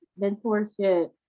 mentorship